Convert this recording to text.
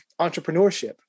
entrepreneurship